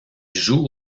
joue